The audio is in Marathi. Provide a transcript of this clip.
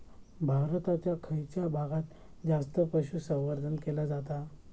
भारताच्या खयच्या भागात जास्त पशुसंवर्धन केला जाता?